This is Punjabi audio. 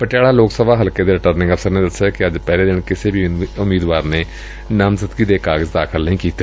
ਪਟਿਆਲਾ ਲੋਕ ਸਭਾ ਹਲਕੇ ਦੇ ਰਿਟਰਨਿੰਗ ਅਫਸਰ ਨੇ ਦਸਿਆ ਕਿ ਅੱਜ ਪਹਿਲੇ ਦਿਨ ਕਿਸੇ ਵੀ ਉਮੀਦਵਾਰ ਨੇ ਨਾਮਜ਼ਦਗੀ ਦੇ ਕਾਗਜ਼ ਦਾਖਲ ਨਹੀਂ ਕੀਤੇ